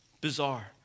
Bizarre